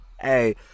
hey